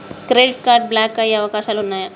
Credit card block అయ్యే అవకాశాలు ఉన్నయా?